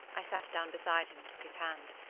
i sat down beside him and took his hand.